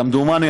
כמדומני,